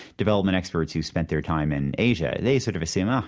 development experts who've spent their time in asia, they sort of assume, ah,